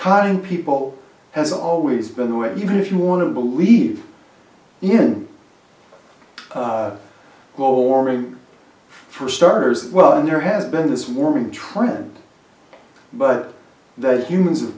kind people has always been aware even if you want to believe in global warming for starters well and there has been this warming trend but that humans have